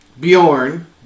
Bjorn